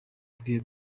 bwiwe